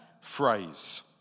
phrase